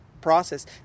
process